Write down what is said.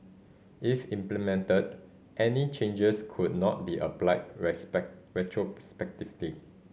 if implemented any changes could not be applied respect retrospectively